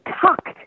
tucked